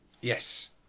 Yes